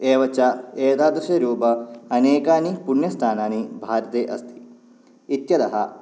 एवं च एदादृशरूप अनेकानि पुण्यस्थानानि भारते अस्ति इत्यतः